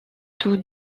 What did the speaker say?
toutes